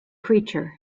creature